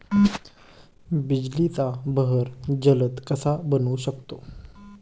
बिजलीचा बहर जलद कसा बनवू शकतो?